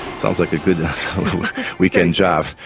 sounds like a good weekend job.